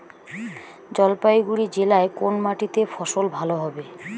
জলপাইগুড়ি জেলায় কোন মাটিতে ফসল ভালো হবে?